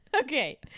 Okay